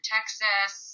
Texas